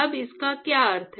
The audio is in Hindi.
अब इसका क्या अर्थ है